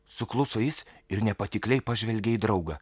sukluso jis ir nepatikliai pažvelgė į draugą